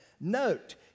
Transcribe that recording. Note